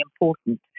important